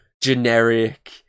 generic